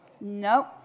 No